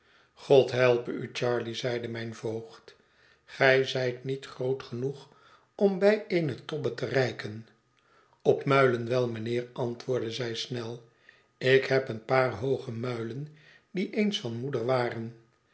god helpe u charley zeide mijn voogd gij zijt niet groot genoeg om bij eene tobbe te reiken op muilen wel mijnheer antwoordde zij snel ik heb een paar hooge muilen die eens van moeder waren